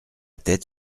tête